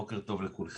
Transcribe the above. בוקר טוב לכולכם.